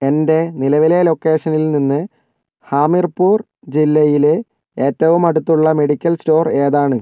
എൻ്റെ നിലവിലെ ലൊക്കേഷനിൽ നിന്ന് ഹാമിർപൂർ ജില്ലയിൽ ഏറ്റവും അടുത്തുള്ള മെഡിക്കൽ സ്റ്റോർ ഏതാണ്